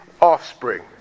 offspring